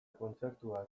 kontzertuak